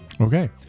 Okay